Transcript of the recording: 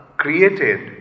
created